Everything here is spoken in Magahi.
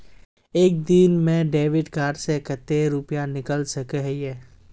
एक दिन में डेबिट कार्ड से कते रुपया निकल सके हिये?